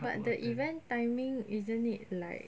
but the event timing isn't it like